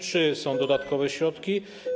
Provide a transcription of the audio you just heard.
Czy są dodatkowe środki?